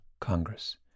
Congress